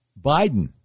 Biden